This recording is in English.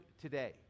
today